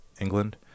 England